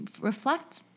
reflect